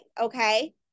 okay